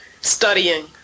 studying